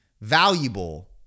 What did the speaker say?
valuable